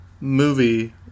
movie